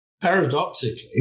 paradoxically